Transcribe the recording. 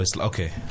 Okay